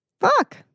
fuck